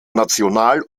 national